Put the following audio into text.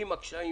עם הקשיים,